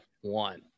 one